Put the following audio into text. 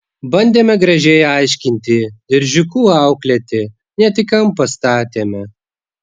bandėme gražiai aiškinti diržiuku auklėti net į kampą statėme